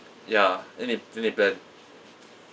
ya then they then they blend